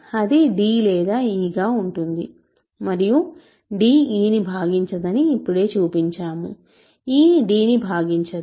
అది d లేదా e గా ఉంటుంది మరియు d e నుభాగించదని ఇప్పుడే చూపించాము e d ని భాగించదు